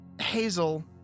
Hazel